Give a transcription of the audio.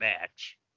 match